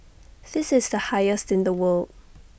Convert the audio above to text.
this is the highest in the world